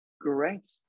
great